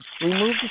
Remove